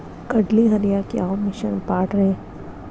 ಕಡ್ಲಿ ಹರಿಯಾಕ ಯಾವ ಮಿಷನ್ ಪಾಡ್ರೇ?